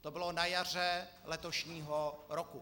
To bylo na jaře letošního roku.